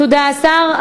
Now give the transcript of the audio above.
תודה, השר.